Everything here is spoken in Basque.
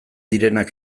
direnak